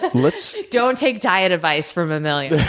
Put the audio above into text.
but let's don't take diet advice from amelia.